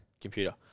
computer